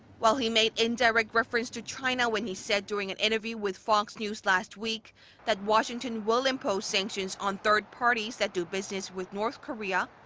while he made indirect reference to china when he said during an interview with fox news last week that washington will impose sanctions on third parties that do business with north korea.